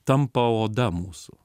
tampa oda mūsų